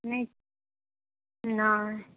नहि नहि